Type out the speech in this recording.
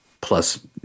plus